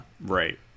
Right